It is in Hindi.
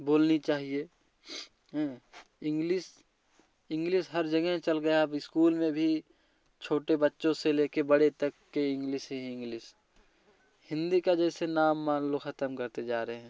बोलनी चाहिए हाँ इंग्लिश इंग्लिश हर जगह चल गया अब स्कूल में भी छोटे बच्चों से लेके बड़े तक के इंग्लिश से इंग्लिश हिंदी का जैसे नाम मान लो खत्म करते जा रहे हैं